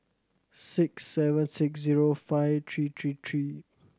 six seven six zero five three three three